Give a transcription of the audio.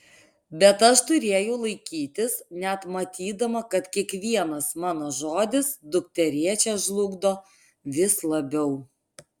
bet aš turėjau laikytis net matydama kad kiekvienas mano žodis dukterėčią žlugdo vis labiau